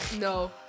No